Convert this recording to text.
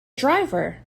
driver